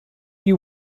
you